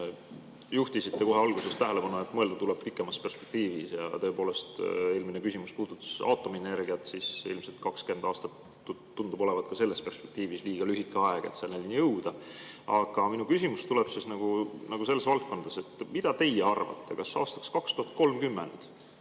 Juhtisite kohe alguses tähelepanu, et mõelda tuleb pikemas perspektiivis, ja tõepoolest, eelmine küsimus puudutas aatomienergiat ja ilmselt 20 aastat tundub olevat ka selles perspektiivis liiga lühike aeg, et selleni jõuda. Aga minu küsimus tuleb teisest valdkonnast. Mida teie arvate, kas aastaks 2030